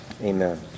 Amen